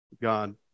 God